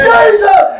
Jesus